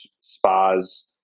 spas